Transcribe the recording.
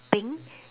pink